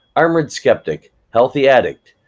armoured skeptic, healthyaddict,